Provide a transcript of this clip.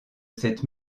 cette